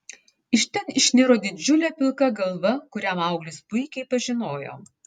iš ten išniro didžiulė pilka galva kurią mauglis puikiai pažinojo